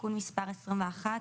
תיקון מספר 21,